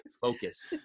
Focus